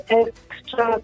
extra